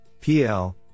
PL